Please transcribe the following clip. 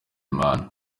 imana